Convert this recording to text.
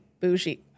bougie